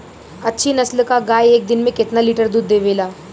अच्छी नस्ल क गाय एक दिन में केतना लीटर दूध देवे ला?